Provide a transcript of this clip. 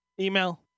email